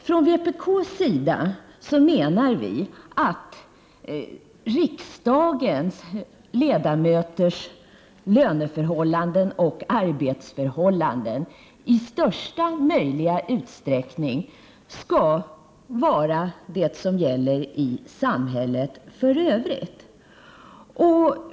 Vi i vpk anser att riksdagsledamöternas löneförhållanden och arbetsförhållanden i största möjliga utsträckning skall vara desamma som gäller i samhället i övrigt.